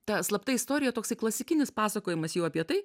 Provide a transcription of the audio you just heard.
ta slapta istorija toksai klasikinis pasakojimas jau apie tai